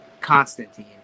Constantine